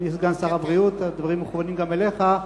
אדוני סגן שר הבריאות, הדברים מכוונים גם אליך,